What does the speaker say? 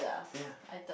ya